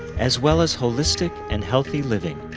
as well as holistic and healthy living,